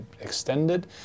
extended